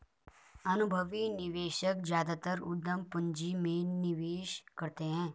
अनुभवी निवेशक ज्यादातर उद्यम पूंजी में निवेश करते हैं